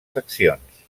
seccions